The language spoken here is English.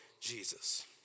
Jesus